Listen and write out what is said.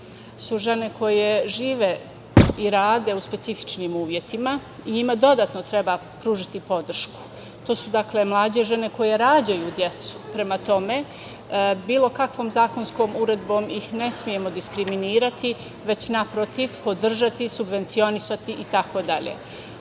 su žene koje žive i rade u specifičnim uvetima i njima dodatno treba pružiti podršku. To su, dakle, mlađe žene koje rađaju decu. Prema tome, bilo kakvom zakonskom uredbom ih ne smemo diskriminirati, već, naprotiv, podržati, subvencionisati, itd.U